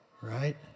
Right